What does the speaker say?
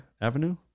Avenue